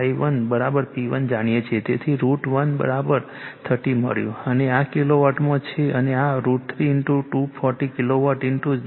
તેથી √ 1 30 મળ્યું અને આ કિલોવોટમાં છે અને આ √ 3 240 કિલોવોલ્ટ 0